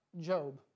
Job